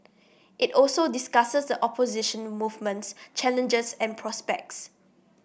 it also discusses opposition movement's challenges and prospects